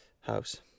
House